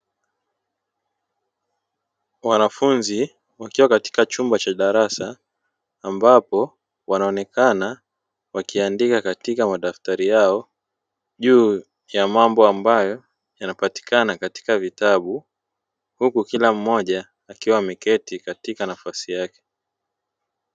Wanafunzi wakiwa katika chumba cha darasa ambapo wanaonekana wakiandika katika madaftari yao, juu ya mambo ambayo yanapatikana katika vitabu, huku kila mmoja akiwa ameketi katika nafasi yake.